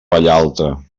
vallalta